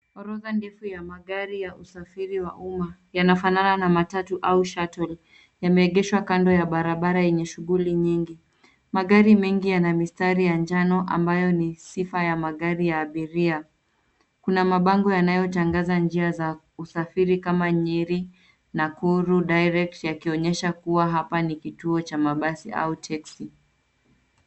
Orodha ndefu ya magari ya usafiri wa umma yanafanana na matatu au shuttle . Yameegeshwa kando ya barabara yenye shughuli nyingi. Magari mengi yana mistari ya njano ambayo ni sifa ya magari ya abiria. Kuna mabango yanayotangaza njia za usafiri kama Nyeri, Nakuru Direct yakionyesha kuwa hapa ni kituo cha mabasi au teksi.